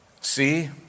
See